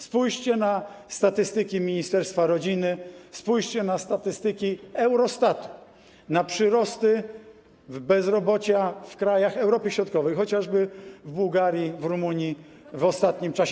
Spójrzcie na statystyki ministerstwa rodziny, spójrzcie na statystyki Eurostatu, na przyrosty bezrobocia w krajach Europy Środkowej, chociażby w Bułgarii, w Rumunii w ostatnim czasie.